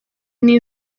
niyo